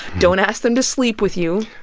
don't ask them to sleep with you.